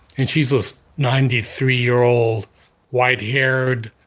and she's a ninety three year old white-haired,